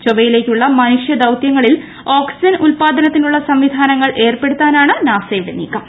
ചൊവ്വയിലേക്കുള്ള മനുഷ്യ ദൌത്യങ്ങളിൽ ഓക്സിജൻ ഉത്പാദനത്തിനുള്ള സംവിധാനങ്ങൾ ഏർപ്പെടുത്താനാണ് നാസ യുടെ നീക്കം